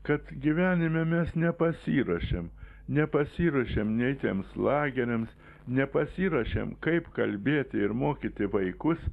kad gyvenime mes nepasiruošėm nepasiruošėm nei tiems lageriams nepasiruošėm kaip kalbėti ir mokyti vaikus